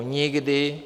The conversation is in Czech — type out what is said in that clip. Nikdy.